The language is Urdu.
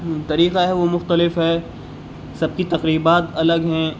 طریقہ ہے وہ مختلف ہے سب کی تقریبات الگ ہیں